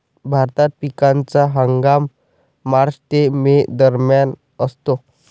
भारतात पिकाचा हंगाम मार्च ते मे दरम्यान असतो